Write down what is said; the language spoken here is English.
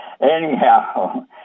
Anyhow